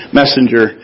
messenger